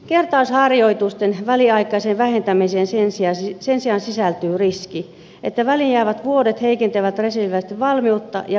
kertausharjoitusten väliaikaiseen vähentämiseen sen sijaan sisältyy riski että väliin jäävät vuodet heikentävät reserviläisten valmiutta ja maanpuolustustahtoa